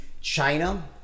China